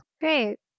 Great